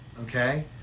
okay